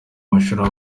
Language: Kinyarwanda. mashuli